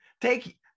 take